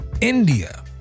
India